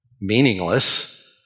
meaningless